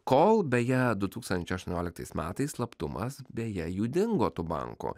kol beje du tūkstančiai aštuonioliktais metais slaptumas beje jų dingo tų bankų